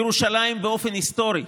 ירושלים, באופן היסטורי,